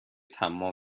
طماع